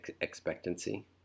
expectancy